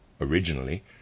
Originally